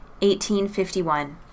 1851